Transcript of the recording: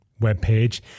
webpage